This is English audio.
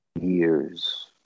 years